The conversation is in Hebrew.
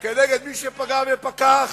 כנגד מי שפגע בפקח